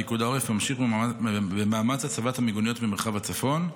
פיקוד העורף ממשיך במאמץ הצבת המיגוניות במרחב הצפון.